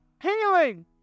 Healing